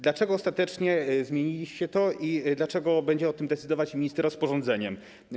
Dlaczego ostatecznie zmieniliście to i dlaczego będzie o tym decydować minister rozporządzeniem?